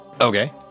Okay